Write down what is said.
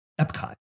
Epcot